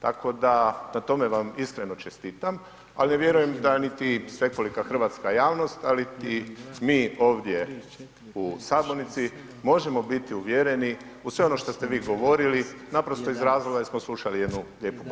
Tako da na tome vam iskreno čestitam, al ne vjerujem da niti svekoliko hrvatska javnost ali i mi ovdje u sabornici možemo biti uvjereni u sve ono što ste vi govorili, naprosto iz razloga jer smo slušali jednu lijepu bajku.